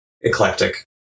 Eclectic